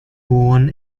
born